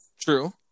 True